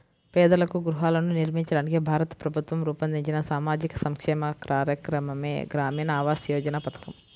పేదలకు గృహాలను నిర్మించడానికి భారత ప్రభుత్వం రూపొందించిన సామాజిక సంక్షేమ కార్యక్రమమే గ్రామీణ ఆవాస్ యోజన పథకం